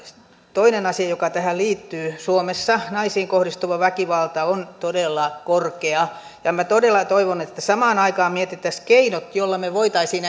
toinen asia joka tähän liittyy suomessa naisiin kohdistuva väkivalta on todella korkealla tasolla ja minä todella toivon että samaan aikaan mietittäisiin keinot joilla me voisimme